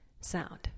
sound